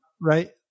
right